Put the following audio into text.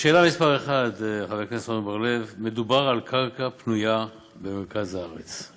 לשאלה מס' 1: חבר הכנסת עמר בר-לב: מדובר על קרקע פנויה במרכז הארץ,